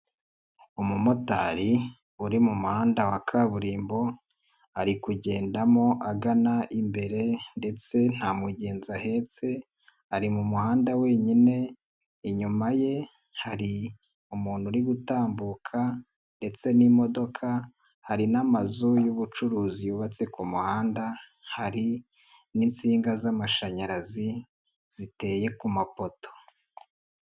Umumotari uri mu muhanda wa kaburimbo, ari kugendamo agana imbere ndetse nta mugenzi ahetse, ari mu muhanda wenyine inyuma ye hari umuntu uri gutambuka, ndetse n'imodoka hari n'amazu y'ubucuruzi yubatse ku muhanda, hari n'insinga z'amashanyarazi ziteye ku mapoto.